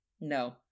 No